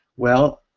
well,